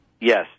Yes